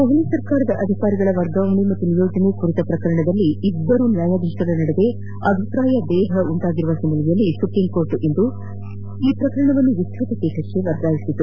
ದೆಹಲಿ ಸರ್ಕಾರದ ಅಧಿಕಾರಿಗಳ ವರ್ಗಾವಣೆ ಮತ್ತು ನಿಯೋಜನೆ ಕುರಿತ ಪ್ರಕರಣದಲ್ಲಿ ಇಬ್ಬರು ನ್ಯಾಯಾಧೀಶರ ನಡುವೆ ಅಭಿಪ್ರಾಯಭೇದ ಉಂಟಾದ ಹಿನ್ನೆಲೆಯಲ್ಲಿ ಸುಪ್ರೀಂಕೋರ್ಟ್ ಇಂದು ವಿಸ್ತ್ರತ ಪೀಠಕ್ಕೆ ವರ್ಗಾಯಿಸಿದೆ